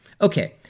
Okay